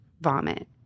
Vomit